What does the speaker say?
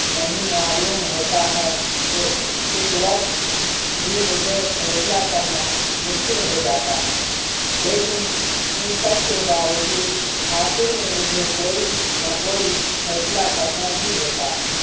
نہیں معلوم ہوتا ہے تو اس وقت بھی مجھے فیصلہ کرنا مشکل ہو جاتا ہے لیکن ان سب کے باوجود آخر میں مجھے کوئی نہ کوئی فیصلہ کرنا ہی ہوتا ہے